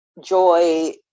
joy